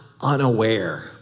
unaware